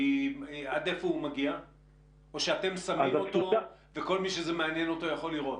או שאם שמים אותו וכל מי שזה מעניין אותו יכול לראות.